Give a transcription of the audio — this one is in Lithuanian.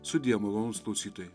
sudie malonūs klausytojai